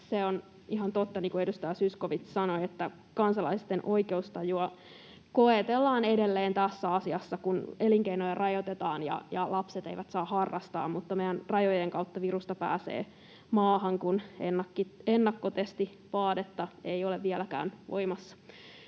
Se on ihan totta, niin kuin edustaja Zyskowicz sanoi, että kansalaisten oikeustajua koetellaan edelleen tässä asiassa, kun elinkeinoja rajoitetaan ja lapset eivät saa harrastaa, mutta meidän rajojen kautta virusta pääsee maahan, kun ennakkotestivaadetta ei ole vieläkään voimassa.